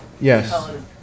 Yes